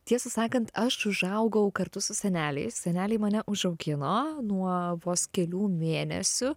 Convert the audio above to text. tiesą sakant aš užaugau kartu su seneliais seneliai mane užaugino nuo vos kelių mėnesių